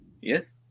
Yes